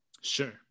Sure